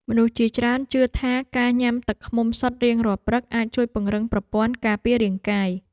មនុស្សជាច្រើនជឿថា ការញ៉ាំទឹកឃ្មុំសុទ្ធរៀងរាល់ព្រឹកអាចជួយពង្រឹងប្រព័ន្ធការពាររាងកាយ។